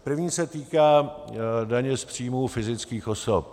První se týká daně z příjmů fyzických osob.